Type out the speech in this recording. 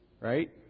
Right